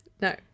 No